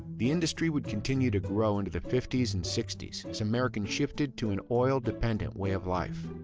the industry would continue to grow into the fifties and sixties as americans shifted to an oil-dependent way of life.